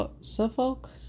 Suffolk